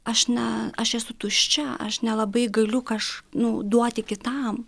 aš na aš esu tuščia aš nelabai galiu kaž nu duoti kitam